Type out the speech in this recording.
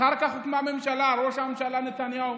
אחר כך הוקמה ממשלה, ראש הממשלה נתניהו